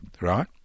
right